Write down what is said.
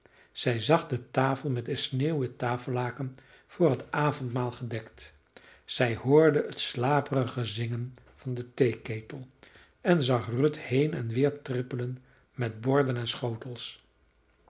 zij zag de tafel met een sneeuwwit tafellaken voor het avondmaal gedekt zij hoorde het slaperige zingen van den theeketel en zag ruth heen en weder trippelen met borden en schotels